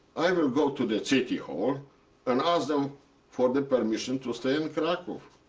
i will go to the city hall and ask them for the permission to stay in krakow.